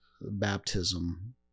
baptism